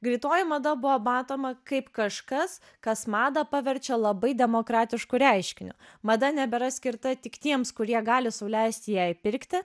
greitoji mada buvo matoma kaip kažkas kas madą paverčia labai demokratišku reiškiniu mada nebėra skirta tik tiems kurie gali sau leisti ją įpirkti